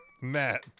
Matt